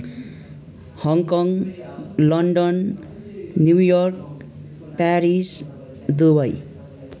Hong Kong London New York Paris Dubai